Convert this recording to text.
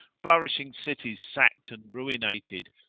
flourishing cities sacked and ruinated,